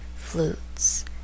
flutes